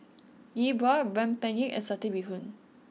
Yi Bua Rempeyek and Satay Bee Hoon